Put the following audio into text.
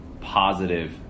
positive